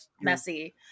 messy